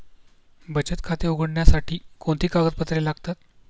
बचत खाते उघडण्यासाठी कोणती कागदपत्रे लागतात?